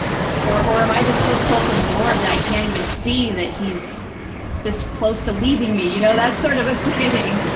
or or am i just so self-absorbed that i can't even see that he's this close to leaving me, you know, that's sort of a thing.